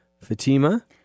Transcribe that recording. Fatima